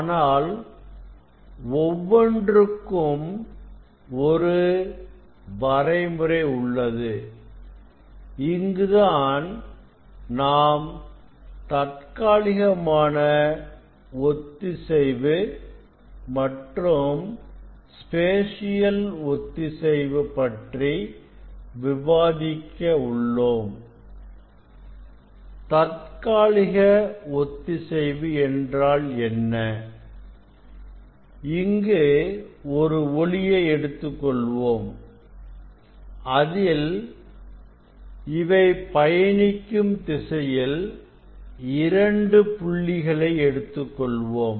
ஆனால் ஒவ்வொன்றுக்கும் ஒரு வரைமுறை உள்ளது இங்குதான் நாம் தற்காலிகமான ஒத்திசைவு மற்றும் ஸ்பேசியல் ஒத்திசைவு பற்றி விவாதிக்க உள்ளோம் தற்காலிக ஒத்திசைவு என்றால் என்ன இங்கு ஒரு ஒலியை எடுத்துக்கொள்வோம் இதில் அவை பயணிக்கும் திசையில் இரண்டு புள்ளிகளை எடுத்துக்கொள்வோம்